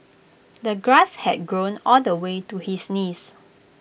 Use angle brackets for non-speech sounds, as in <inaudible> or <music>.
<noise> the grass had grown all the way to his knees